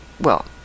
Well